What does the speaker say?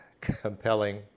compelling